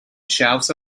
shelves